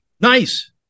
nice